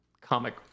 comic